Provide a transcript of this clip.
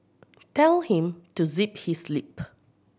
tell him to zip his lip